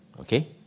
Okay